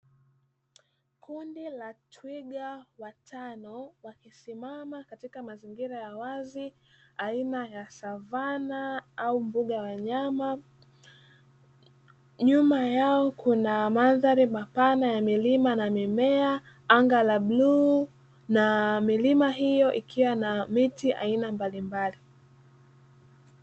Kundi la twiga watano wakisimama katika mazingira ya wazi aina ya savvana au mbuga ya wanyama, nyuma yao kuna mandhari mapana ya milima na mimea, anga la bluu na milima hiyo ikiwa na miti aina mbalimbali.